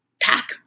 pack